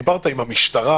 דיברת עם המשטרה?